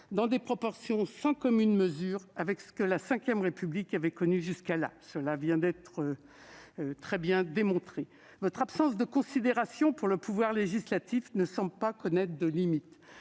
dans des proportions sans commune mesure avec ce que la V République avait connu jusqu'à présent. Votre absence de considération pour le pouvoir législatif ne semble pas connaître de limite.